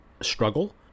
struggle